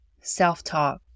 self-talk